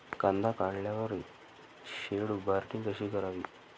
कांदा काढल्यावर शेड उभारणी कशी करावी?